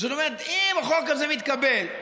זאת אומרת, אם החוק הזה מתקבל,